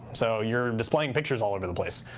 so you're displaying pictures all over the place.